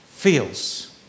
feels